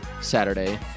Saturday